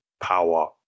power